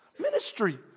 ministry